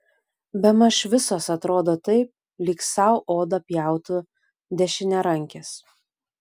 bemaž visos atrodo taip lyg sau odą pjautų dešiniarankis